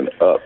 up